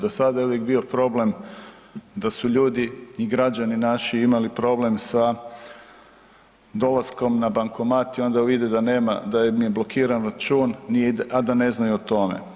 Do sada je uvijek bio problem da su ljudi i građani naši imali problem sa dolaskom na bankomat i onda vide da nema, da im je blokiran račun, a da ne znaju o tome.